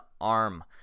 arm